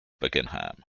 beckenham